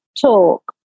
talk